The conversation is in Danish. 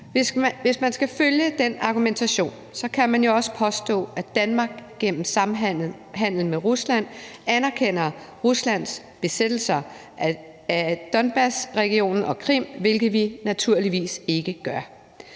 Hvis man skal følge den argumentation, kan man jo også påstå, at Danmark gennem samhandelen med Rusland anerkender Ruslands besættelser af Donbasregionen og Krim, hvilket vi naturligvis ikke gør.